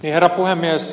herra puhemies